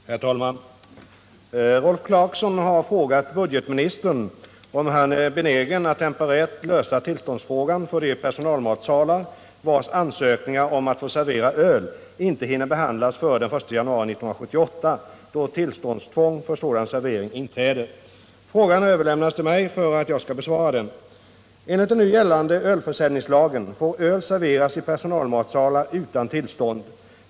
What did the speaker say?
Herr talman! Rolf Clarkson har frågat budgetministern om han är benägen att temporärt lösa frågan om tillstånd för de personalmatsalar, vars ansökningar om att få servera öl inte hinner behandlas före den 1 januari 1978, då tillståndstvång för sådan servering inträder. Frågan har överlämnats till mig för att jag skall besvara den. matsalar utan tillstånd.